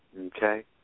Okay